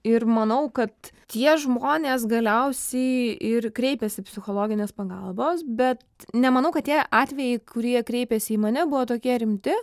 ir manau kad tie žmonės galiausiai ir kreipiasi psichologinės pagalbos bet nemanau kad tie atvejai kurie kreipėsi į mane buvo tokie rimti